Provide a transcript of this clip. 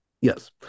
Yes